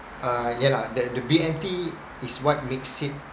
uh ya lah that the B_M_T is what makes it